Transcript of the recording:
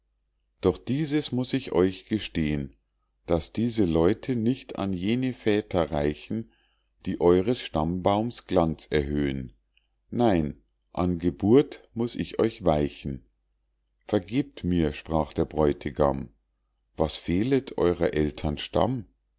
doch dieses muß ich euch gestehn daß diese leute nicht an jene väter reichen die eures stammbaums glanz erhöh'n nein an geburt muß ich euch weichen vergebt mir sprach der bräutigam was fehlet eurer aeltern stamm